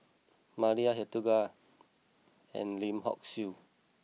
Maria Hertogh and Lim Hock Siew